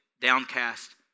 downcast